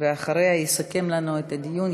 אחריה יסכם לנו את הדיון,